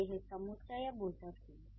पर हैं ये समुच्चयबोधक ही